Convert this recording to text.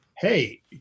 hey